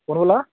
कौन बोल्ला दा